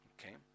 Okay